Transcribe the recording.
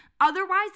otherwise